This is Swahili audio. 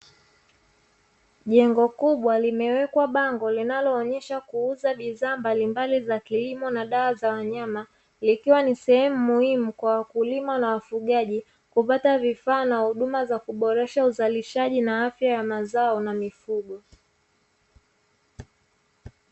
Jengo kubwa limewekwa bango linaloonyesha kuuza bidhaa mbalimbali za kilimo na dawa za wanyama, likiwa ni sehemu muhimu kwa wakulima na wafugaji kupata vifaa na huduma za kuboresha uzalishaji na afya ya mazao na mifugo.